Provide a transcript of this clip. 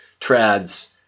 trads